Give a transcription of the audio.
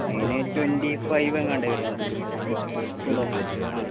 അതിന് twenty five എങ്ങാണ്ടേ വരുന്നുള്ളൂ ഫുൾ ഓപ്ഷൻ ആ